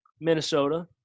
Minnesota